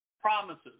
promises